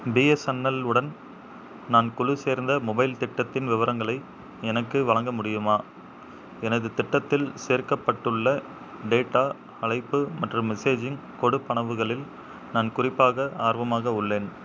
BSNL உடன் நான் குழுசேர்ந்த மொபைல் திட்டத்தின் விவரங்களை எனக்கு வழங்க முடியுமா எனது திட்டத்தில் சேர்க்கப்பட்டுள்ள டேட்டா அழைப்பு மற்றும் மெசேஜிங் கொடுப்பனவுகளில் நான் குறிப்பாக ஆர்வமாக உள்ளேன்